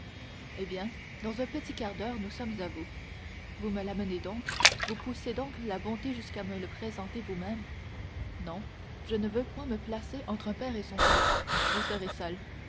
eh bien dans un petit quart d'heure nous sommes à vous vous me l'amenez donc vous poussez donc la bonté jusqu'à me le présenter vous-même non je ne veux point me placer entre un père et son fils vous serez seuls